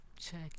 check